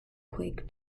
quick